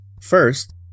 First